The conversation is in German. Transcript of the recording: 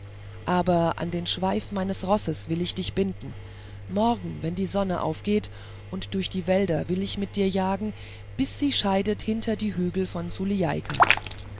aber an den schweif meines rosses will ich dich binden morgen wenn die sonne aufgeht und durch die wälder will ich mit dir jagen bis sie scheidet hinter die hügel von